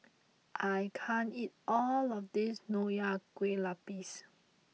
I can't eat all of this Nonya Kueh Lapis